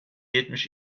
yetmiş